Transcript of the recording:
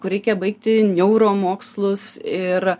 kur reikia baigti neuromokslus ir